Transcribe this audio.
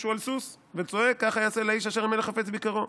מישהו על סוס וצועק: ככה יעשה לאיש אשר המלך חפץ ביקרו.